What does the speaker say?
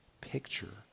picture